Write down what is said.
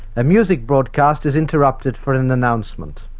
a music broadcast is interrupted for an announcement.